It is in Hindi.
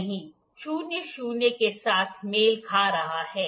नहीं शून्य शून्य के साथ मेल खा रहा है